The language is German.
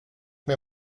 mir